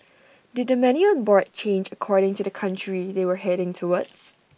did the menu on board change according to the country they were heading towards